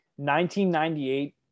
1998